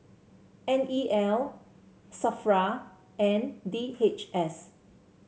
N E L Safra and D H S